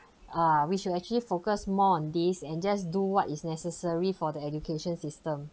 err which would actually focus more on this and just do what is necessary for the education system